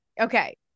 Okay